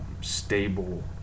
stable